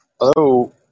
hello